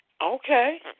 Okay